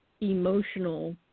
emotional